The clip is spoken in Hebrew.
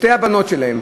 את שתי הבנות שלה,